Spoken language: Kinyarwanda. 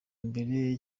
mbere